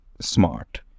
smart